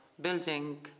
building